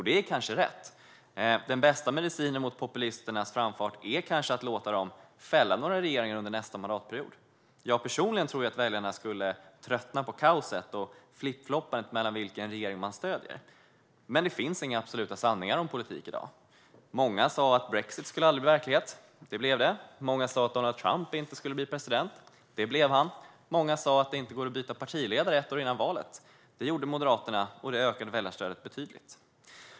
Det är kanske rätt - den bästa medicinen mot populisternas framfart är kanske att låta dem fälla några regeringar under nästa mandatperiod. Personligen tror jag att väljarna skulle tröttna på kaoset och flippfloppandet mellan vilken regering populisterna stöder. Det finns dock inga absoluta sanningar om politik i dag. Många sa att brexit aldrig skulle bli verklighet - det blev det. Många sa att Donald Trump inte skulle bli president - det blev han. Många sa att det inte går att byta partiledare ett år före valet - det gjorde Moderaterna, och väljarstödet ökade betydligt.